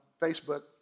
Facebook